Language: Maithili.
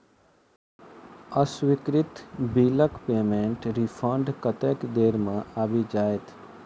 अस्वीकृत बिलक पेमेन्टक रिफन्ड कतेक देर मे आबि जाइत?